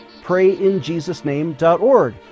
PrayInJesusName.org